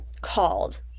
called